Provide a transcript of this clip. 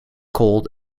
cold